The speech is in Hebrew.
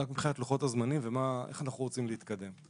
מבחינת לוחות הזמנים והאופן בו אנחנו רוצים להתקדם,